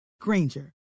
Granger